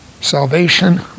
Salvation